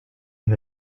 had